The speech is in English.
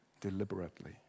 deliberately